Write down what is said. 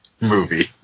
movie